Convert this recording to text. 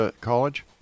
college